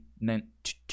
meant